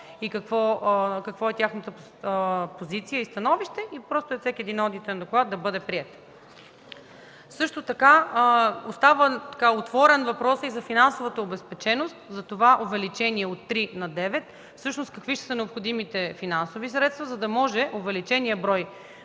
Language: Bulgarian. и каква е тяхната позиция и становище, и просто всеки един одитен доклад да бъде приет. Също така остава отворен въпросът и за финансовата обезпеченост. За това увеличение от 3 на 9 какви ще са необходимите финансови средства, за да може увеличеният брой